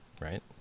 right